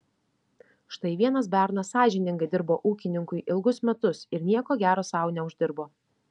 štai vienas bernas sąžiningai dirbo ūkininkui ilgus metus ir nieko gero sau neuždirbo